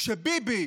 כשביבי,